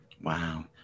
Wow